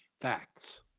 facts